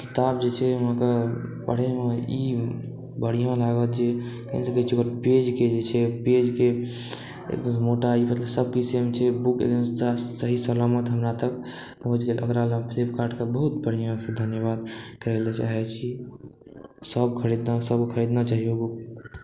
ओ किताब जे छै अहाँके पढ़यमे ई बढ़िआँ लागत जे कहि सकैत छी जे ओकर पेजके जे छै पेजके मोटाइ मतलब सभकिछु सेम छै बुक सही सलामत हमरा तक पहुँच गेल ओकरा अलावा फ्लिपकार्टके बहुत बढ़िआँसँ धन्यवाद करय लेल चाहैत छी सभ खरीदतहुँ सभकेँ खरीदना चाही ओ बुक